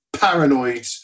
paranoid